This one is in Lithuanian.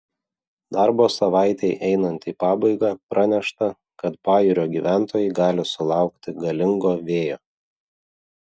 darbo savaitei einant į pabaigą pranešta kad pajūrio gyventojai gali sulaukti galingo vėjo